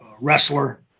wrestler